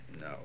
No